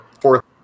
fourth